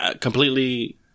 completely